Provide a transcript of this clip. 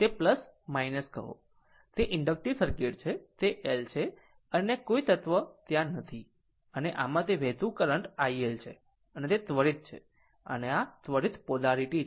તે કહો તે ઇન્ડકટીવ સર્કિટ છે તે L છે અન્ય કોઈ તત્વ ત્યાં નથી અને આમાંથી વહેતું કરંટ iL છે અને તે ત્વરિત છે અને ત્વરિત પોલારીટી છે